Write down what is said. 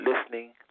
Listening